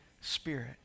Spirit